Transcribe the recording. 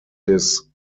his